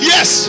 Yes